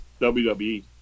WWE